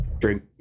drink